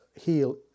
heal